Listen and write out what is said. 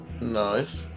Nice